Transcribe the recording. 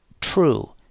true